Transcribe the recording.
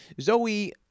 Zoe